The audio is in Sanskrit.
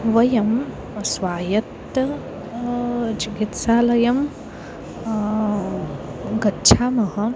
वयं स्वायत्त चिकित्सालयं गच्छामः